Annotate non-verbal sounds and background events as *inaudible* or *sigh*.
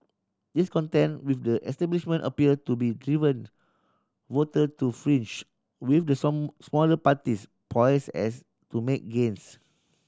discontent with the establishment appear to be driven *unintelligible* voter to *unintelligible* with the some smaller parties poise as to make gains